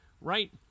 Right